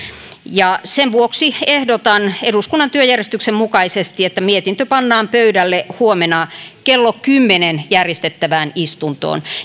sen vuoksi ehdotan eduskunnan työjärjestyksen mukaisesti että mietintö pannaan pöydälle huomenna kello kymmeneen järjestettävään istuntoon